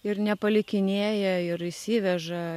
ir nepalikinėja ir išsiveža